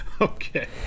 okay